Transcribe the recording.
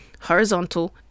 Horizontal